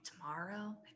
tomorrow